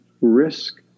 risk